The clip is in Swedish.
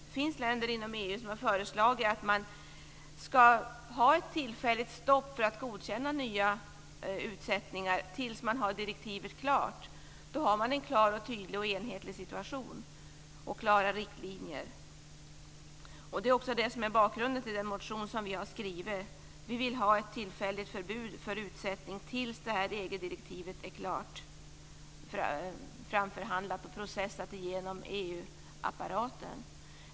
Det finns länder i EU som föreslagit ett tillfälligt stopp för att godkänna nya utsättningar tills direktivet är klart. Då har man en klar, tydlig och enhetlig situation samt klara riktlinjer. Det är också det som är bakgrunden till vår motion. Vi vill alltså ha ett tillfälligt förbud för utsättning tills det här direktivet är klart framförhandlat och processat igenom i EU-apparaten.